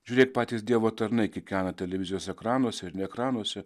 žiūrėk patys dievo tarnai kikena televizijos ekranuose ir ne ekranuose